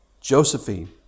Josephine